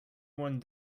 one